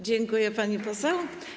Dziękuję, pani poseł.